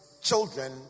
children